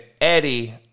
Eddie